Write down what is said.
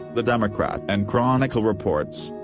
the democrat and chronicle reports.